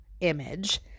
image